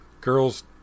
Girls